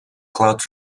claude